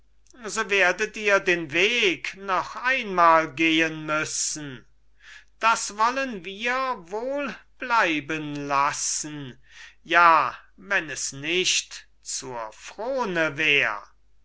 so werdet ihr den weg noch einmal gehen müssen das wollen wir wohl bleiben lassen ja wenn es nicht zur frone wär